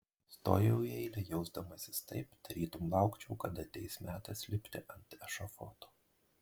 stojau į eilę jausdamasis taip tarytum laukčiau kada ateis metas lipti ant ešafoto